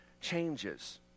changes